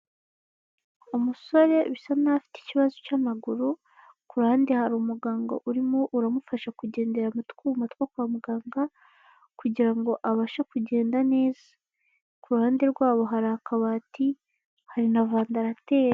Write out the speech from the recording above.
Umusore bisa nk'aho afite ikibazo cy'amaguru, ku ruhande hari umuganga urimo uramufasha kugendera mu twuma two kwa muganga kugira ngo abashe kugenda neza, ku ruhande rwabo hari akabati hari na vandarateri.